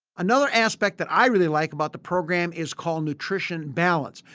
another aspect that i really like about the program is called nutrition balance.